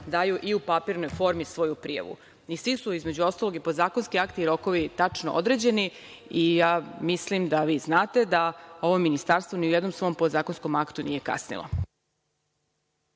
daju i u papirnoj formi svoju prijavu. Svi su između ostalog i podzakonski akti i rokovi tačno određeni. Mislim da znate da ovo ministarstvo ni u jednom svom podzakonskom aktu nije kasnilo.